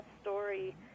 story